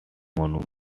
monument